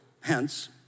Hence